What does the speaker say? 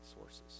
sources